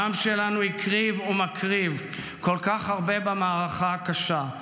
העם שלנו הקריב ומקריב כל כך הרבה במערכה הקשה,